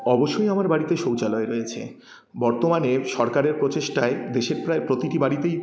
অবশ্যই আমার বাড়িতে শৌচালয় রয়েছে বর্তমানে সরকারের প্রচেষ্টায় দেশের প্রায় প্রতিটি বাড়িতেই